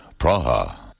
Praha